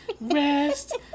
rest